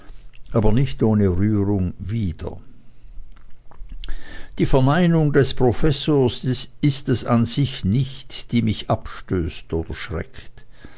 aber nicht ohne rührung wieder die verneinung des professors ist es an sich nicht die mich abstößt oder erschreckt